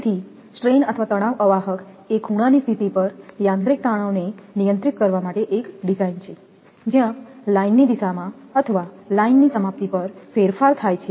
તેથી સ્ટ્રેન અથવા તણાવ અવાહક એ ખૂણાની સ્થિતિ પર યાંત્રિકતણાવને નિયંત્રિત કરવા માટે એક ડિઝાઇન છે જ્યાં લાઇનની દિશામાં અથવા લાઇનની સમાપ્તિ પર ફેરફાર થાય છે